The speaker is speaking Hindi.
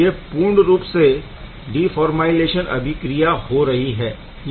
यह पूर्ण रूप से डीफॉरमाइलेशन अभिक्रिया हो रही है